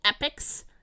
Epics